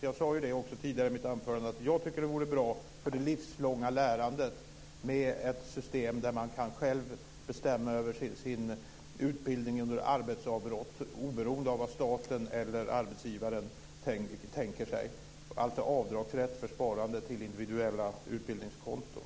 Jag sade i mitt anförande att det vore bra för det livslånga lärandet med ett system där man själv kan bestämma över utbildning och arbetsavbrott oberoende av vad staten eller arbetsgivaren tänker sig - dvs. avdragsrätt för sparande till individuella utbildningskonton.